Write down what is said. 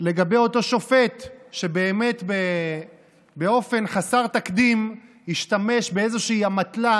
לגבי אותו שופט שבאמת באופן חסר תקדים השתמש באיזושהי אמתלה